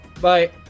Bye